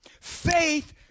Faith